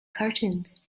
cartoons